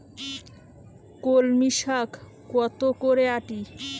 কলমি শাখ কত করে আঁটি?